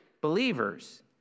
believers